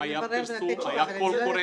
יכולה לברר ולתת תשובה,